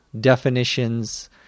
definitions